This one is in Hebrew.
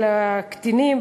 לעניין הקטינים,